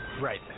Right